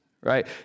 right